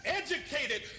educated